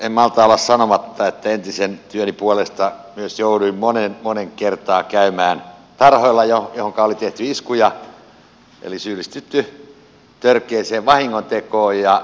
en malta olla sanomatta että entisen työni puolesta myös jouduin moneen moneen kertaan käymään tarhoilla joihin oli tehty iskuja eli syyllistytty törkeään vahingontekoon